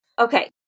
Okay